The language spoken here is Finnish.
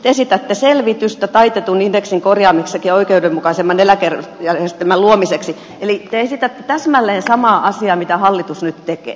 te esitätte selvitystä taitetun indeksin korjaamiseksi ja oikeudenmukaisemman eläkejärjestelmän luomiseksi eli te esitätte täsmälleen samaa asiaa kuin mitä hallitus nyt tekee